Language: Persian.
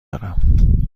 دارم